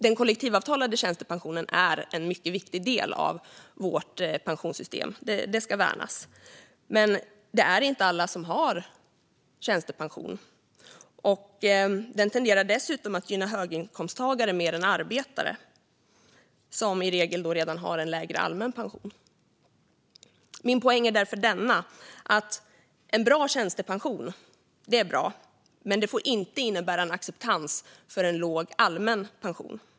Den kollektivavtalade tjänstepensionen är en mycket viktig del av vårt pensionssystem. Den ska värnas. Men det är inte alla som har tjänstepension, och den tenderar dessutom att gynna höginkomsttagare mer än arbetare, som i regel redan har en lägre allmän pension. Min poäng är därför att en bra tjänstepension inte får innebära en acceptans för en låg allmän pension.